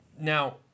Now